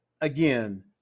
again